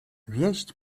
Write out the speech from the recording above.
wieść